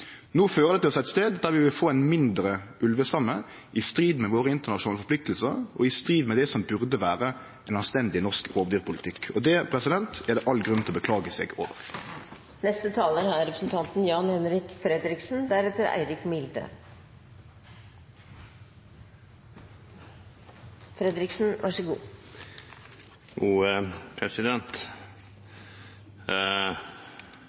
No fører det oss til ein stad der vi vil få ein mindre ulvestamme, i strid med dei internasjonale forpliktingane våre, og i strid med det som burde vere ein anstendig norsk rovdyrpolitikk. Det er det all grunn til å beklage seg